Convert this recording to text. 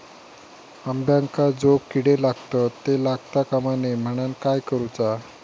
अंब्यांका जो किडे लागतत ते लागता कमा नये म्हनाण काय करूचा?